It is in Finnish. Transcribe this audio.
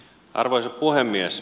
arvoisa puhemies